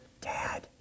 Dad